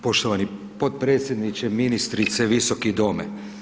Poštovani potpredsjedniče, ministrice, Visoki dome.